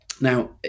Now